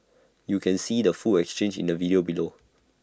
you can see the full exchange in the video below